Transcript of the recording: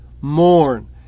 mourn